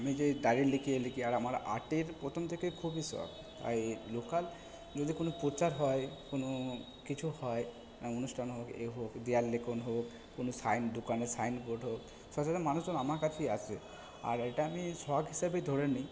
আমি যে ডায়েরি লিখি এ লিখি আর আমার আর্টের প্রথম থেকে খুবই শখ এই লোকাল যদি কোনও প্রচার হয় কোনও কিছু হয় অনুষ্ঠান হোক এ হোক দেওয়াল লিখন হোক কোনও সাইন দোকানের সাইনবোর্ড হোক সচরাচর মানুষজন আমার কাছেই আসে আর এটা আমি শখ হিসাবে ধরে নিই